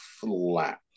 flat